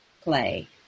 play